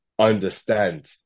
understand